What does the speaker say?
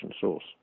source